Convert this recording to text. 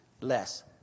less